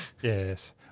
Yes